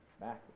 back